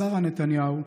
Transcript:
שרה נתניהו,